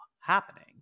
happening